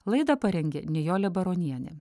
laidą parengė nijolė baronienė